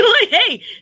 hey